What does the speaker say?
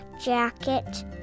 jacket